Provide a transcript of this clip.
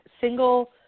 single